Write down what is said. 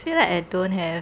feel like I don't have